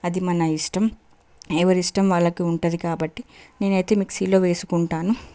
అది మన ఇష్టం ఎవరి ఇష్టం వాళ్ళకి ఉంటుంది కాబట్టి నేనైతే మిక్సీలో వేసుకుంటాను